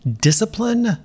discipline